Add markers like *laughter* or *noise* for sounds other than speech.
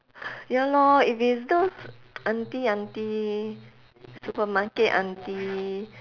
ya lor if it's those *noise* auntie auntie supermarket auntie